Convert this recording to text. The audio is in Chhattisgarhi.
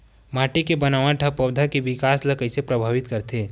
माटी के बनावट हा पौधा के विकास ला कइसे प्रभावित करथे?